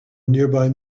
nearby